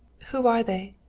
who are they?